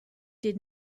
did